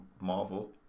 Marvel